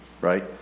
Right